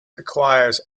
acquires